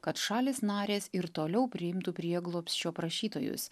kad šalys narės ir toliau priimtų prieglobsčio prašytojus